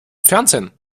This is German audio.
fernsehen